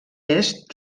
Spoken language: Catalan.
est